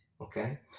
Okay